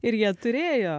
ir jie turėjo